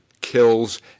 kills